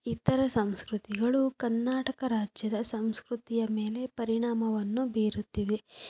ಇತರ ಸಂಸ್ಕೃತಿಗಳು ಕರ್ನಾಟಕ ರಾಜ್ಯದ ಸಂಸ್ಕೃತಿಯ ಮೇಲೆ ಪರಿಣಾಮವನ್ನು ಬೀರುತ್ತಿವೆ